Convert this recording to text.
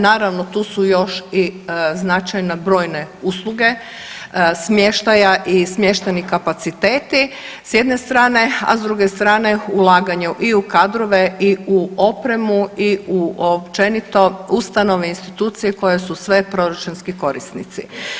Naravno, tu su još i značajna, brojne usluge, smještaja i smještajni kapaciteti s jedne strane, a s druge strane ulaganje i u kadrove i u opremu, i općenito ustanove, institucije koje su sve proračunski korisnici.